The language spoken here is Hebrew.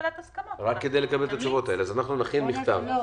אני מבקש, ליטל